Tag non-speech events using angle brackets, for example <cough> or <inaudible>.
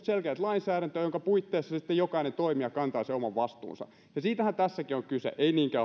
<unintelligible> selkeää lainsäädäntöä jonka puitteissa sitten jokainen toimija kantaa sen oman vastuunsa siitähän tässäkin on kyse ei niinkään